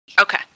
Okay